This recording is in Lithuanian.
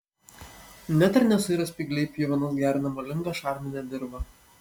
net ir nesuirę spygliai pjuvenos gerina molingą šarminę dirvą